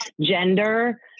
gender